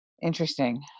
Interesting